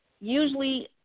usually